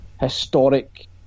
historic